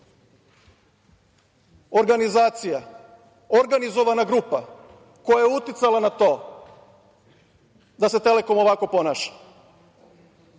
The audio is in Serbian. organizacija, organizovana grupa koja je uticala na to da se „Telekom“ ovako ponaša,